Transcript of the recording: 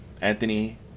Anthony